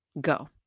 go